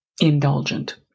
indulgent